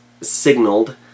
signaled